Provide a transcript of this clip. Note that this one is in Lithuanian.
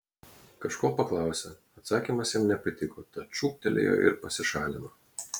kažko paklausė atsakymas jam nepatiko tad šūktelėjo ir pasišalino